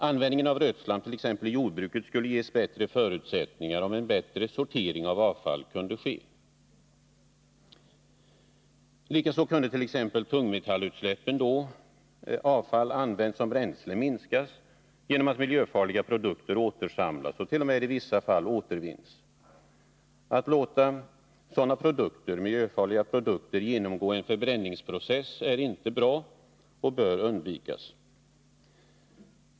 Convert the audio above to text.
Användningen av rötslam i jordbruket skulle ges bättre förutsättningar, om en bättre sortering av avfall kunde ske. Likaså kunde t.ex. tungmetallutsläppen, då avfall använts som bränsle, minskas genom att miljöfarliga produkter återsamlas och t.o.m. i vissa fall återvinns. Att låta miljöfarliga produkter genomgå en förbränningsprocess är inte bra och bör undvikas.